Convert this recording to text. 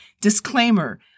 disclaimer